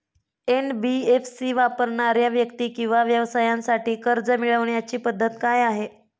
NBFC वापरणाऱ्या व्यक्ती किंवा व्यवसायांसाठी कर्ज मिळविण्याची पद्धत काय आहे?